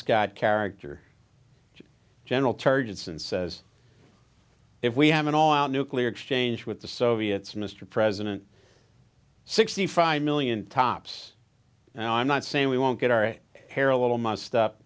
scott character general charges and says if we have an all out nuclear exchange with the soviets mr president sixty five million tops and i'm not saying we won't get our hair a little mussed up